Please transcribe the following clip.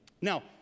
now